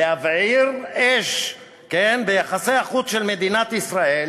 להבעיר אש ביחסי החוץ של מדינת ישראל,